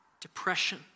depression